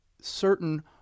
Certain